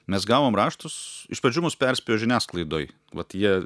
mes gavom raštus iš pradžių mus perspėjo žiniasklaidoj vat jie